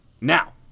Now